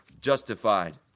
justified